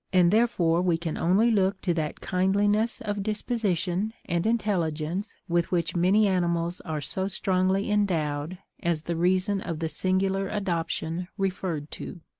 and therefore we can only look to that kindliness of disposition and intelligence with which many animals are so strongly endowed as the reason of the singular adoption referred to.